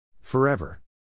Forever